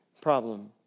problem